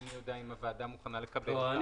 ואינני יודע אם הוועדה מוכנה לקבל אותה.